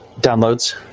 downloads